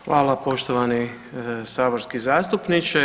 Hvala poštovani saborski zastupniče.